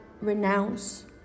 renounce